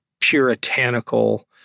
puritanical